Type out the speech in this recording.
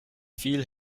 viel